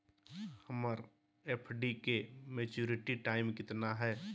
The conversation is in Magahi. हमर एफ.डी के मैच्यूरिटी टाइम कितना है?